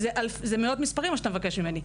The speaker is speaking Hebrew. זה מאות מספרים מה שאתה מבקש ממני.